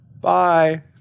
bye